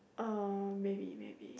uh maybe maybe